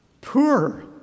poor